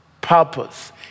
purpose